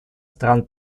стран